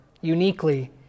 uniquely